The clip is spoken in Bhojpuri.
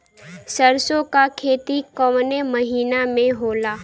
सरसों का खेती कवने महीना में होला?